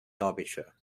derbyshire